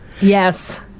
Yes